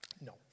no